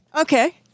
Okay